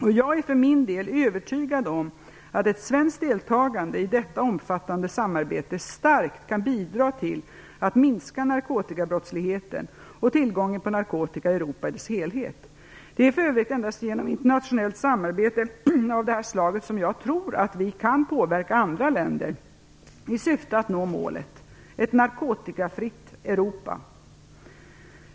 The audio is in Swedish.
Och jag är för min del övertygad om att ett svenskt deltagande i detta omfattande samarbete starkt kan bidra till att minska narkotikabrottsligheten och tillgången på narkotika i Europa i dess helhet. Det är för övrigt endast genom internationellt samarbete av det här slaget som jag tror att vi kan påverka andra länder i syfte att nå målet: ett narkotikafritt Europa.